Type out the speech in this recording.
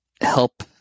help